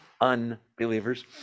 unbelievers